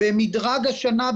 במדרג השנה,